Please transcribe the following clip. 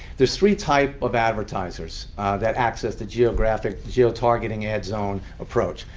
there's three types of advertisers that access the geographic, geo-targeted ad zone approach.